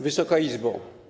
Wysoka Izbo!